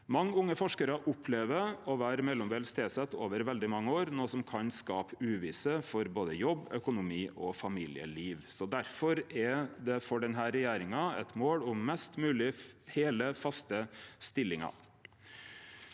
Mange unge forskarar opplever å vere mellombels tilsett over veldig mange år, noko som kan skape uvisse for både jobb, økonomi og familieliv. Difor er det for denne regjeringa eit mål om mest mogleg heile, faste stillingar.